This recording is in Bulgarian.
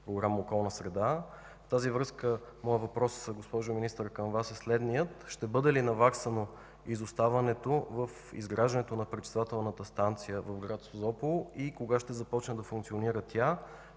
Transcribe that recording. програма „Околна среда“. В тази връзка, госпожо Министър, моят въпрос към Вас е следният: ще бъде ли наваксано изоставането в изграждането на пречиствателната станция в град Созопол? Кога ще започне да функционира тя,